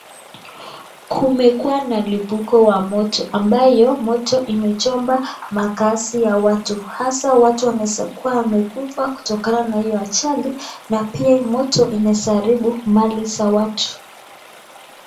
Kumekuwa na mlipuko wa moto ambayo moto imechomwa makazi ya watu hasa watu wanaweza kuwa wamekufa kutokana na hiyo ajali na pia huu moto unaweza haribu mali za watu.